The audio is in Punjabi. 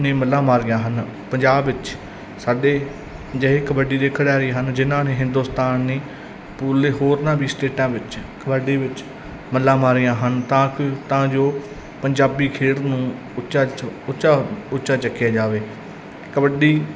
ਨੇ ਮੱਲਾਂ ਮਾਰੀਆਂ ਹਨ ਪੰਜਾਬ ਵਿੱਚ ਸਾਡੇ ਜਿਹੇ ਕਬੱਡੀ ਦੇ ਖਿਡਾਰੀ ਹਨ ਜਿਹਨਾਂ ਨੇ ਹਿੰਦੁਸਤਾਨ ਨੇ ਪੂਰੇ ਹੋਰਨਾਂ ਵੀ ਸਟੇਟਾਂ ਵਿੱਚ ਕਬੱਡੀ ਵਿੱਚ ਮੱਲਾਂ ਮਾਰੀਆਂ ਹਨ ਤਾਂ ਕਿ ਤਾਂ ਜੋ ਪੰਜਾਬੀ ਖੇਡ ਨੂੰ ਉੱਚਾ ਚ ਉੱਚਾ ਉੱਚਾ ਚੱਕਿਆ ਜਾਵੇ ਕਬੱਡੀ